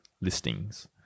Listings